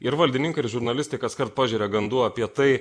ir valdininkai ir žurnalistai kaskart pažeria gandų apie tai